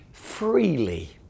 Freely